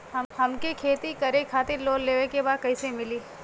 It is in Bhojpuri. हमके खेती करे खातिर लोन लेवे के बा कइसे मिली?